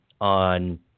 on –